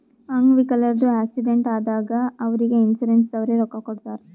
ಅಂಗ್ ವಿಕಲ್ರದು ಆಕ್ಸಿಡೆಂಟ್ ಆದಾಗ್ ಅವ್ರಿಗ್ ಇನ್ಸೂರೆನ್ಸದವ್ರೆ ರೊಕ್ಕಾ ಕೊಡ್ತಾರ್